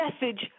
message